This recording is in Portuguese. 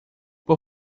por